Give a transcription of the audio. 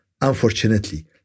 unfortunately